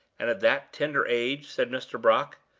and at that tender age, said mr. brock,